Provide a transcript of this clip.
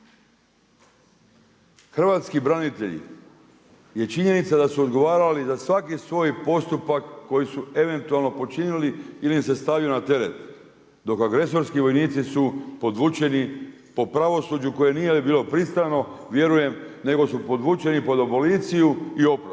Hrvatski branitelji je činjenica da su odgovarali za svaki svoj postupak koji su eventualno počinili ili im se stavio na teret dok agresorski vojnici su podvučeni po pravosuđu koje nije bilo pristrano vjerujem nego su podvučeni pod aboliciju i oprost